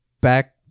back